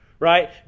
Right